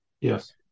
Yes